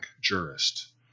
jurist